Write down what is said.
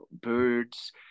birds